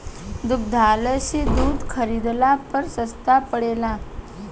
दुग्धालय से दूध खरीदला पर सस्ता पड़ेला?